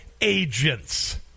agents